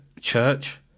Church